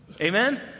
Amen